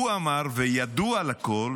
הוא אמר וידוע לכול